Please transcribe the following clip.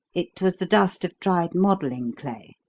it was the dust of dried modelling clay.